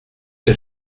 que